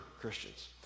Christians